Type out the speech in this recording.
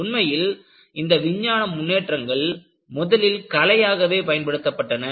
உண்மையில் இந்த விஞ்ஞான முன்னேற்றங்கள் முதலில் கலையாகவே பயன்படுத்தப்பட்டன